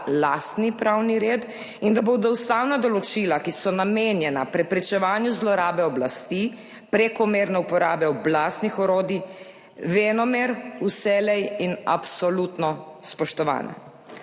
lastni pravni red, in da bodo ustavna določila, ki so namenjena preprečevanju zlorabe oblasti, prekomerne uporabe oblastnih orodij, venomer, vselej in absolutno spoštovana.